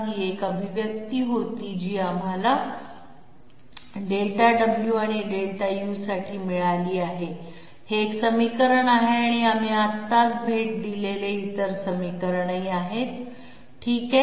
ही एक अभिव्यक्ती होती जी आम्हाला Δw आणि Δu साठी मिळाली आहे हे एक समीकरण आहे आणि आम्ही आत्ताच भेट दिलेले इतर समीकरण आहे ठीक आहे